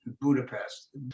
Budapest